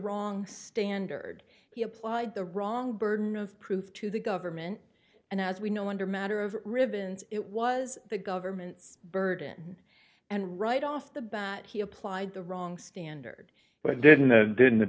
wrong standard he applied the wrong burden of proof to the government and as we know under a matter of ribbons it was the government's burden and right off the bat he applied the wrong standard but didn't